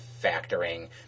factoring